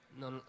non